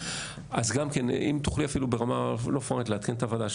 אם תוכלי אפילו ברמה לא פורמלית לעדכן את הוועדה,